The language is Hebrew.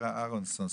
שירה אריסון,